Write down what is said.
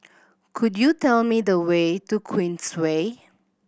could you tell me the way to Queensway